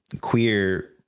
queer